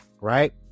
right